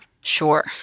Sure